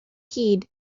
heed